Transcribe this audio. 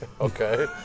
okay